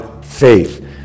faith